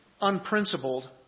unprincipled